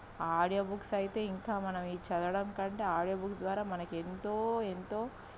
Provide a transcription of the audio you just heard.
ఆ audio books అయితే ఇంకా మనం ఇది చదవడం కంటే ఆడియో బుక్స్ ద్వారా మనకి ఎంతో ఎంతో